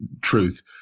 truth